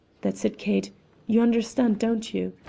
that's it, kate you understand, don't you?